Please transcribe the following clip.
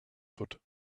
foot